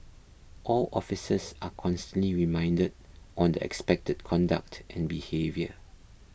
all officers are constantly reminded on the expected conduct and behaviour